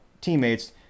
teammates